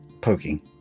poking